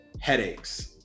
headaches